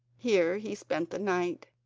here he spent the night.